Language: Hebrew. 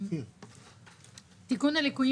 תיקון הליקויים